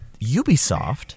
Ubisoft